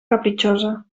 capritxosa